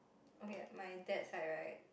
okay my dad's side right